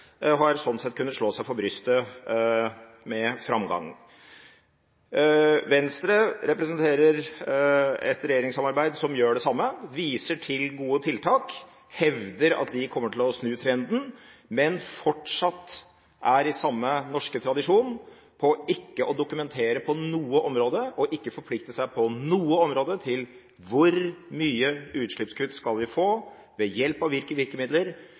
og har sånn sett kunnet slå seg på brystet med framgang. Venstre representerer et regjeringssamarbeid som gjør det samme: viser til gode tiltak, hevder at de kommer til å snu trenden, men de er fortsatt i samme norske tradisjon: ikke å dokumentere på noe område og ikke å forplikte seg på noe område når det gjelder hvor mye utslippskutt vi skal få, ved hjelp av hvilke virkemidler